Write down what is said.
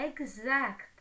exact